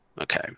Okay